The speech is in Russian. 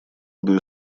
одной